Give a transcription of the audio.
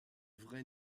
vrai